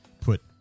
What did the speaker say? put